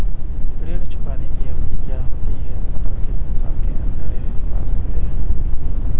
ऋण चुकाने की अवधि क्या होती है मतलब कितने साल के अंदर ऋण चुका सकते हैं?